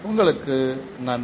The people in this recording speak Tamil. உங்களுக்கு நன்றி